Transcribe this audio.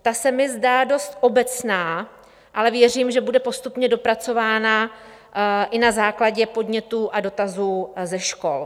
Ta se mi zdá dost obecná, ale věřím, že bude postupně dopracována i na základě podnětů a dotazů ze škol.